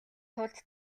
тулд